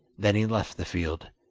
then he left the field,